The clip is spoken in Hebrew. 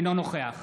אינו נוכח